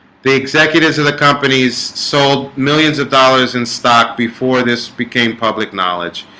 the executives of the companies sold millions of dollars in stock before this became public knowledge